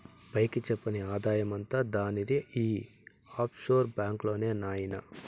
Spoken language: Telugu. పైకి చెప్పని ఆదాయమంతా దానిది ఈ ఆఫ్షోర్ బాంక్ లోనే నాయినా